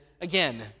again